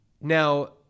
Now